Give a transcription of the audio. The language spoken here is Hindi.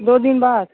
दो दिन बाद